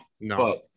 no